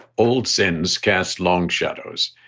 old sins cast long shadows.